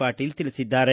ಪಾಟೀಲ ತಿಳಿಸಿದ್ದಾರೆ